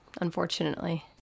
unfortunately